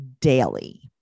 daily